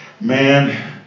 man